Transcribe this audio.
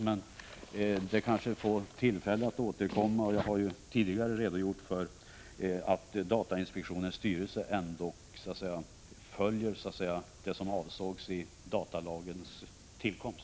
Jag kanske får tillfälle att återkomma, och jag har ju tidigare redogjort för att datainspektionens styrelse ändå följer vad som avsågs vid datalagens tillkomst.